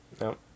No